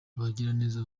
abagiraneza